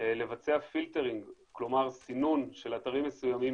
לבצע filtering כלומר סינון של אתרים מסוימים